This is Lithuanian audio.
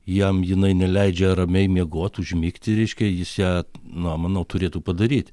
jam jinai neleidžia ramiai miegot užmigti reiškia jis ją na manau turėtų padaryti